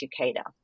educator